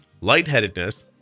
lightheadedness